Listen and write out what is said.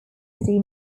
city